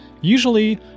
usually